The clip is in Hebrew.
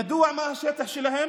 ידוע מה השטח שלהן